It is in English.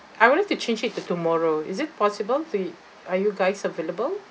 I would like to change it to tomorrow is it possible so you are you guys available